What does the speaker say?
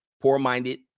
Poor-minded